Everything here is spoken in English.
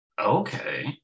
Okay